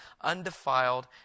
undefiled